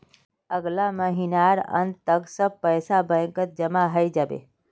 अगला महीनार अंत तक सब पैसा बैंकत जमा हइ जा बे